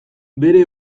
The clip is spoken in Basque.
bere